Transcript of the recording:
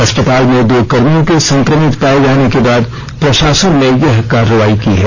अस्पताल में दो कर्मियों के संक्रमित पाये जाने के बाद प्रशासन ने यह कार्रवाई की है